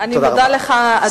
תודה רבה.